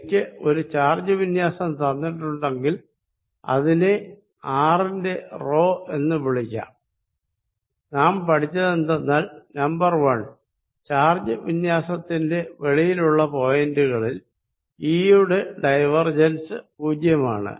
എനിക്ക് ഒരു ചാർജ് വിന്യാസം തന്നിട്ടുണ്ടെങ്കിൽ അതിനെ ആർ ന്റെ റോ എന്ന് വിളിക്കാം നാം പഠിച്ചതെന്തെന്നാൽ നമ്പർ 1 ചാർജ് വിന്യാസത്തിന്റെ വെളിയിലുള്ള പോയിന്റ്കളിൽ ഈയുടെ ഡൈവേർജെൻസ് പൂജ്യമാണ്